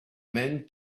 men